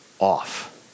off